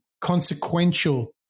consequential